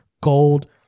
gold